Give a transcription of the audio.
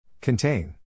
Contain